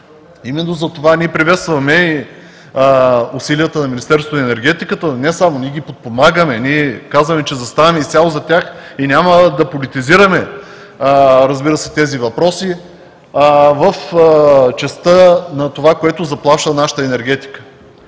Именно затова ние приветстваме усилията на Министерството на енергетиката, но не само. Ние ги подпомагаме, ние казваме, че заставаме изцяло зад тях и няма да политизираме, разбира се, тези въпроси в частта на това, което заплаща нашата енергетика.